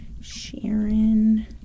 Sharon